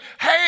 hey